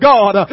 God